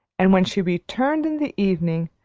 and when she returned in the evening,